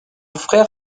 frère